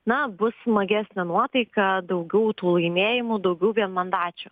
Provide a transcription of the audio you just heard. na bus smagesnė nuotaika daugiau tų laimėjimų daugiau vienmandačių